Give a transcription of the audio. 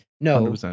No